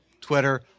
Twitter